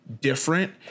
different